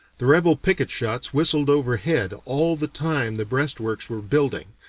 the rebel picket shots whistled overhead all the time the breastworks were building,